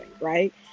right